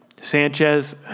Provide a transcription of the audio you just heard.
Sanchez